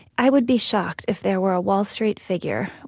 i would be shocked if there were a wall street figure,